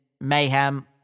mayhem